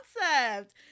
concept